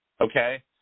okay